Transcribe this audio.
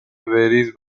varies